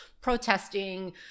protesting